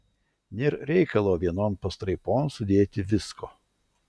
nėr reikalo vienon pastraipon sudėti visko